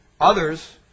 Others